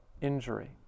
injury